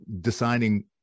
deciding